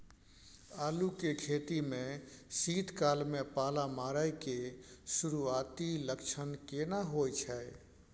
आलू के खेती में शीत काल में पाला मारै के सुरूआती लक्षण केना होय छै?